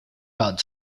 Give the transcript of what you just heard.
card